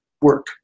work